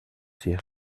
ses